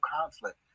conflict